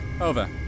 Over